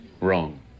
Wrong